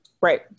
Right